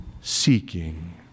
seeking